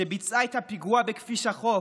שביצעה את הפיגוע בכביש החוף,